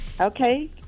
Okay